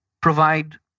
provide